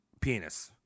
penis